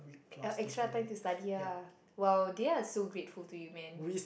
extra time to study lah well they are so grateful to you man